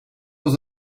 was